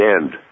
end